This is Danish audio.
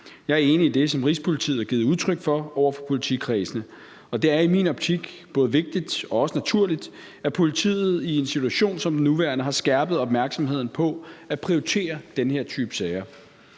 Jeg er enig i det, som Rigspolitiet har givet udtryk for over for politikredsene, og det er i min optik både vigtigt og også naturligt, at politiet i en situation som den nuværende har skærpet opmærksomhed på at prioritere den her type sager.